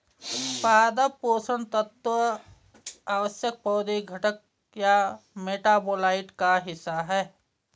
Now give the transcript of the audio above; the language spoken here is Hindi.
पादप पोषण तत्व आवश्यक पौधे घटक या मेटाबोलाइट का हिस्सा है